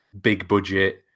big-budget